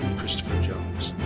christopher jones.